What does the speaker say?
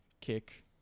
kick